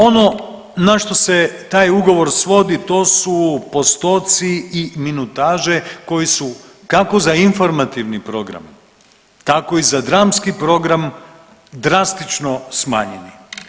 Ono na što se taj ugovor svodi to su postoci i minutaže koji su kako za informativni program tako i za dramski program drastično smanjeni.